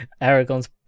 Aragon's